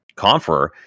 confer